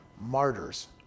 martyrs